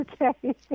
Okay